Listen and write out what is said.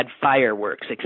fireworks